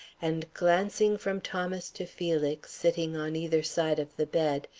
and glancing from thomas to felix, sitting on either side of the bed,